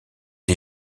les